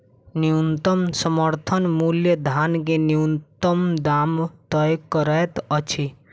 न्यूनतम समर्थन मूल्य धान के न्यूनतम दाम तय करैत अछि